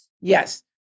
Yes